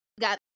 Got